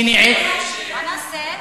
(אומר בערבית: את יכולה להאמין לי?) מה נעשה?